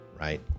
right